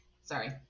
Sorry